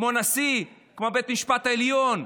כמו הנשיא, כמו בית המשפט העליון.